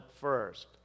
first